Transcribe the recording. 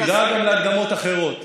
נדאג גם להקדמות אחרות.